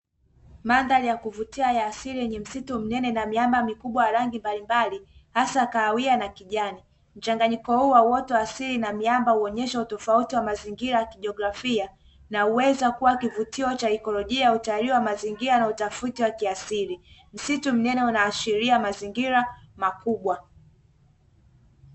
Mandhari ya kuvutia ya asili yenye msitu mnene na miamba mikubwa ya rangi mbalimbali hasa kahawia na kijani. Mchanganyiko huu wa uoto wa asili na miamba huonyesha utofauti wa mazingira ya kijiografia na huweza kuwa kivutio cha ikilojia ya utalii wa mazingira na utafiti wa kiasili. Msitu mnene unaashiria mazingira makubwa.